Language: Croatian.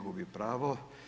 Gubi pravo.